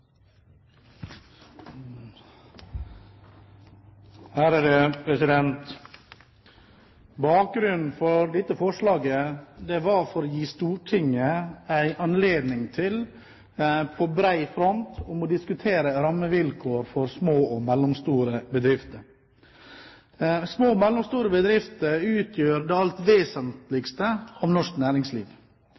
er omme. Bakgrunnen for dette forslaget var å gi Stortinget en anledning til på bred front å diskutere rammevilkår for små og mellomstore bedrifter. Små og mellomstore bedrifter utgjør det alt vesentligste av norsk næringsliv.